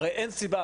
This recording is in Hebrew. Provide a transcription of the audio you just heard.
הרי אין סיבה.